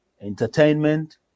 entertainment